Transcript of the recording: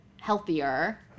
healthier